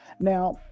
now